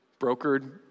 brokered